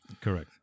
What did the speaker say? Correct